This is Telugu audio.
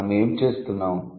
మనం ఏమి చేస్తున్నాం